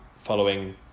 following